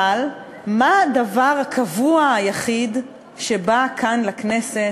אבל מה הדבר הקבוע היחיד שבא כאן לכנסת,